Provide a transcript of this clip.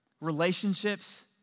Relationships